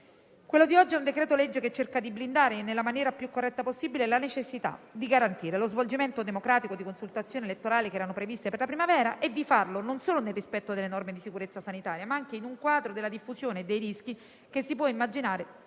Quello oggi all'esame è un decreto-legge che cerca di blindare, nella maniera più corretta possibile, la necessità di garantire lo svolgimento democratico di consultazioni elettorali che erano previste per la primavera e di farlo non solo nel rispetto delle norme di sicurezza sanitaria, ma anche in un quadro della diffusione dei rischi che si può immaginare